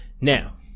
Now